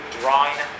drawing